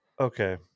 Okay